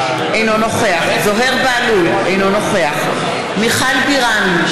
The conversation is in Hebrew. אינו נוכח זוהיר בהלול, אינו נוכח מיכל בירן,